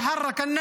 תוריד את זה